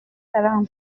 salaam